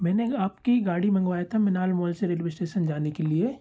मेंने आप की गाड़ी मंगवाया था मिनाल मॉल से रेलवे इस्टेसन जाने के लिए